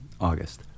August